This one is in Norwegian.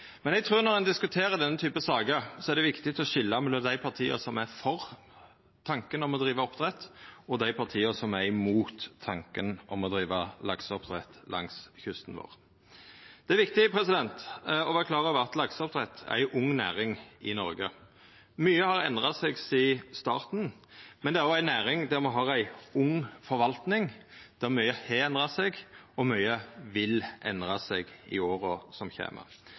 Men eg trur at når ein diskuterer denne typen saker, er det viktig å skilja mellom dei partia som er for tanken om å driva oppdrett, og dei partia som er mot tanken om å driva lakseoppdrett langs kysten. Det er viktig å vera klår over at lakseoppdrett er ei ung næring i Noreg. Mykje har endra seg sidan starten, men det er òg ei næring med ung forvalting, der mykje har endra seg, og mykje vil endra seg i åra som kjem.